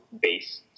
base